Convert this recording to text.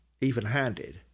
even-handed